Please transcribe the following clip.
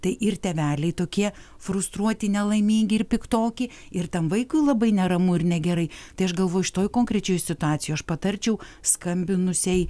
tai ir tėveliai tokie frustruoti nelaimingi ir piktoki ir tam vaikui labai neramu ir negerai tai aš galvoju šitoj konkrečioj situacijoj aš patarčiau skambinusiai